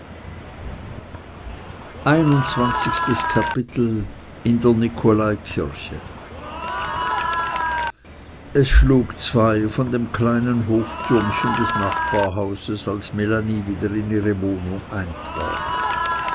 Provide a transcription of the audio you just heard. in der nikolaikirche es schlug zwei von dem kleinen hoftürmchen des nachbarhauses als melanie wieder in ihre wohnung eintrat